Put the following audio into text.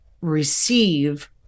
receive